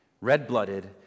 Red-blooded